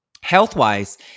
health-wise